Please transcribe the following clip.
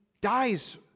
dies